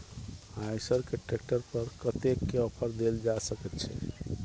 आयसर के ट्रैक्टर पर कतेक के ऑफर देल जा सकेत छै?